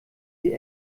sie